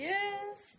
Yes